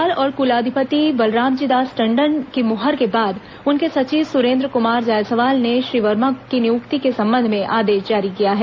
राज्यपाल और कुलाधिपति बलरामजी दास टंडन की मुहर के बाद उनके सचिव सुरेन्द्र कुमार जायसवाल ने श्री वर्मा की नियुक्ति के संबंध में आदेश जारी किया है